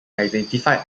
identified